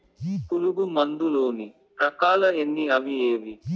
పులుగు మందు లోని రకాల ఎన్ని అవి ఏవి?